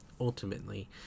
ultimately